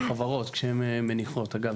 החברות כשהן מניחות אגב,